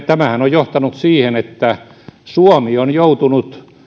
tämähän on johtanut siihen että suomi on joutunut